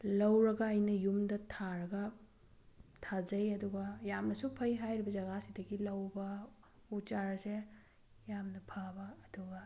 ꯂꯧꯔꯒ ꯑꯩꯅ ꯌꯨꯝꯗ ꯊꯥꯔꯒ ꯊꯥꯖꯩ ꯑꯗꯨꯒ ꯌꯥꯝꯅꯁꯨ ꯐꯩ ꯍꯥꯏꯔꯤꯕ ꯖꯒꯥꯁꯤꯗꯒꯤ ꯂꯧꯕ ꯎ ꯆꯥꯔꯥꯁꯦ ꯌꯥꯝꯅ ꯐꯕ ꯑꯗꯨꯒ